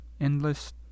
endless